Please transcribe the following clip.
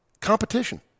competition